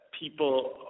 people